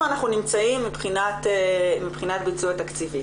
אנחנו נמצאים מבחינת ביצוע תקציבי.